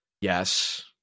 yes